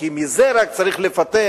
כי מזה רק צריך לפתח,